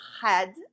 head